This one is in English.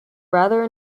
rather